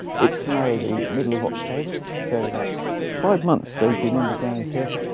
it's now ah the middle of october. so that's five months they've been in the ground here